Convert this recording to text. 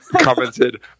commented